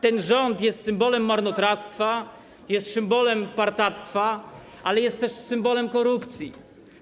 Ten rząd jest symbolem marnotrawstwa, symbolem partactwa, ale jest też symbolem korupcji.